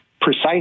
precise